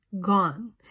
gone